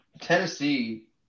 Tennessee